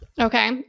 Okay